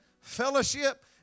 fellowship